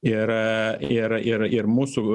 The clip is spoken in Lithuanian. ir ir ir ir mūsų